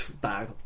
bag